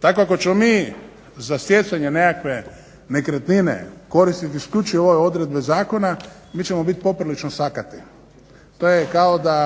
Tako ako ćemo mi za stjecanje nekakve nekretnine koristiti isključivo ove odredbe zakona mi ćemo bit poprilično sakati. To je kao da